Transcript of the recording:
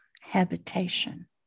habitation